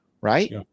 Right